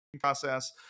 process